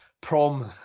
prom